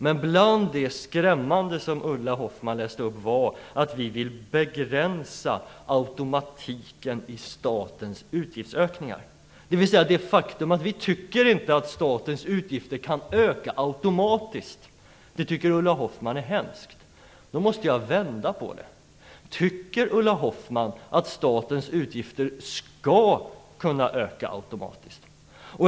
Men bland det skrämmande som Ulla Hoffmann läste upp var att vi vill begränsa automatiken i statens utgiftsökningar. Det faktum att vi inte tycker att statens utgifter kan öka automatiskt tycker Ulla Hoffmann är hemskt. Det måste jag vända på: Tycker Ulla Hoffmann att statens utgifter skall kunna öka automatiskt?